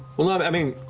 well not, i mean,